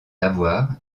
lavoir